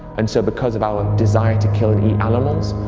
and so because of our desire to kill and eat animals,